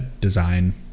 design